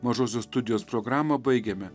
mažosios studijos programą baigiame